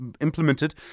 implemented